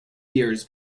years